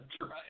right